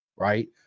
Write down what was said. Right